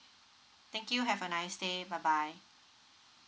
thank you have a nice day bye bye